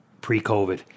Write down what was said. pre-COVID